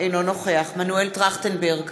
אינו נוכח מנואל טרכטנברג,